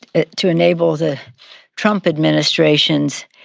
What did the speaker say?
it to enable the trump administration's